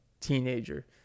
teenager